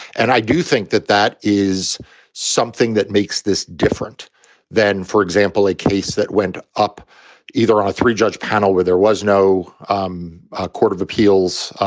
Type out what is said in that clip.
and i do think that that is something that makes this different than, for example, a case that went up either on a three judge panel where there was no um ah court of appeals.